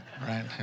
right